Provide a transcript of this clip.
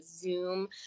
zoom